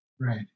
Right